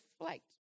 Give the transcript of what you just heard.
flight